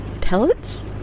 pellets